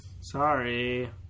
Sorry